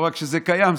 לא רק שזה קיים,